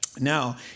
Now